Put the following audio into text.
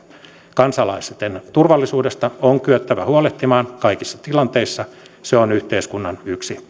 kansalaisten turvallisuudesta on kyettävä huolehtimaan kaikissa tilanteissa se on yhteiskunnan yksi